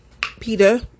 Peter